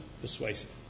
persuasive